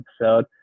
episode